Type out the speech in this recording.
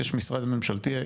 יש משרד ממשלתי.